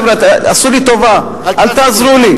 חבר'ה, עשו לי טובה, אל תעזרו לי.